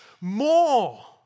more